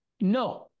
No